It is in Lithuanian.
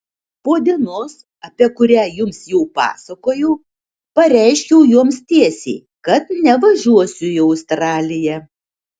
po dienos apie kurią jums jau pasakojau pareiškiau joms tiesiai kad nevažiuosiu į australiją